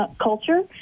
culture